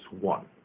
One